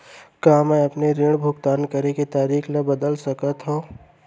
का मैं अपने ऋण भुगतान करे के तारीक ल बदल सकत हो?